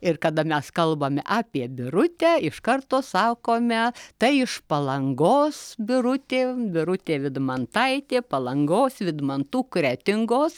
ir kada mes kalbam apie birutę iš karto sakome tai iš palangos birutė birutė vidmantaitė palangos vydmantų kretingos